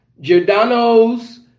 Giordano's